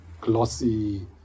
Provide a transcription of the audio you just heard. glossy